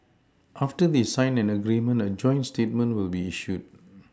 after they sign an agreement a joint statement will be issued